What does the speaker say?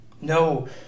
no